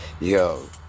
Yo